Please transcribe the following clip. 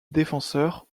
défenseur